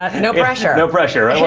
ah no pressure. no pressure,